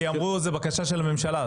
כי אמרו זה בקשה של הממשלה,